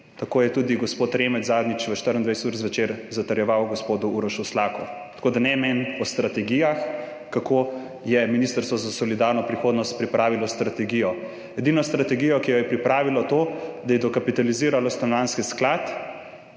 Tako je tudi gospod Remec zadnjič v 24UR ZVEČER zatrjeval gospodu Urošu Slaku. Tako da ne meni o strategijah, kako je Ministrstvo za solidarno prihodnost pripravilo strategijo. Edina strategija, ki jo je pripravilo, je ta, da je dokapitaliziralo Stanovanjski sklad.